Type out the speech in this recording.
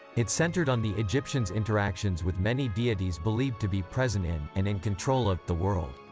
it centered on the egyptians' interactions with many deities believed to be present in, and in control of, the world.